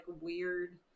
weird